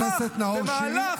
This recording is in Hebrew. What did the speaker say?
חבר הכנסת נאור שירי,